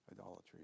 idolatry